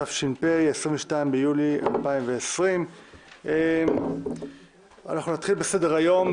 התש"ף, 22 ביולי 2020. נתחיל בסדר-היום.